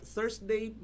Thursday